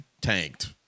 tanked